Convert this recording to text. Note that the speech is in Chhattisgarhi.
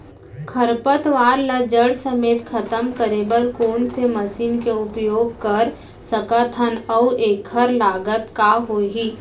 खरपतवार ला जड़ समेत खतम करे बर कोन से मशीन के उपयोग कर सकत हन अऊ एखर लागत का होही?